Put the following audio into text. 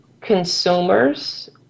consumers